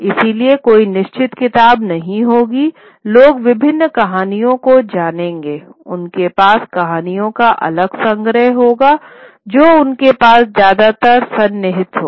इसलिए कोई निश्चित किताब नहीं होगी लोग विभिन्न कहानियों को जानेंगे उनके पास कहानियों का अलग संग्रह होगा जो उनके पास ज्यादातर सन् निहित होगी